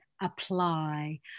apply